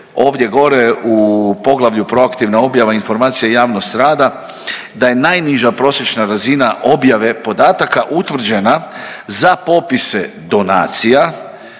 ovdje gore u poglavlju proaktivna objava informacija i javnost rada, da je najniža prosječna razina objave podataka utvrđena za popise donacija,